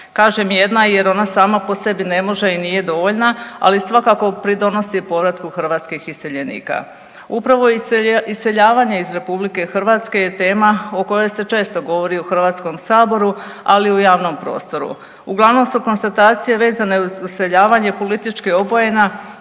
Kažem jedna jer ona sama po sebi ne može i nije dovoljna ali svakako pridonosi povratku hrvatskih iseljenika. Upravo iseljavanje iz RH je tema o kojoj se često govori u Hrvatskom saboru, ali i u javnom prostoru. Uglavnom su konstatacije vezane uz iseljavanje politički obojena,